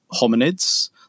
hominids